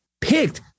picked